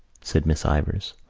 said miss ivors.